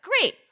Great